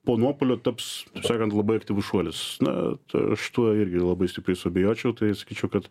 po nuopuolio taps kaip sakant labai aktyvus šuolis na tai aš tuo irgi labai stipriai suabejočiau tai sakyčiau kad